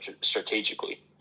strategically